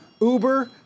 Uber